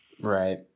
Right